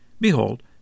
Behold